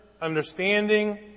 understanding